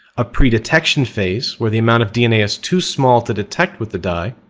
a pre-detection phase, where the amount of dna is too small to detect with the dye.